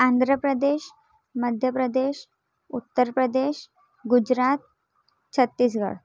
Andhra Pradesh Madhya Pradesh Uttar Pradesh Gujarat Chhattisgarh